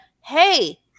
hey